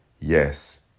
Yes